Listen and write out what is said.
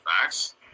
facts